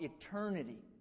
eternity